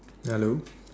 hello